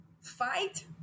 fight